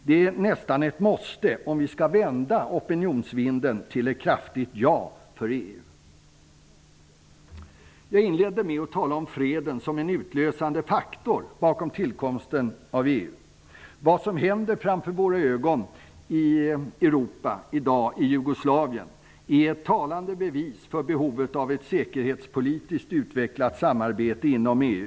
Det är nästan ett måste om vi skall vända opinionsvinden till ett kraftigt ja till Jag inledde med att tala om freden som en utlösande faktor bakom tillkomsten av EU. Det som händer framför våra ögon i Europa, i Jugoslavien, är ett talande bevis för behovet av ett säkerhetspolitiskt utvecklat samarbete inom EU.